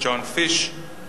John Fish,